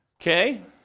Okay